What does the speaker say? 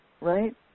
right